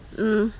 mm